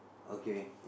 okay